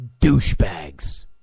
Douchebags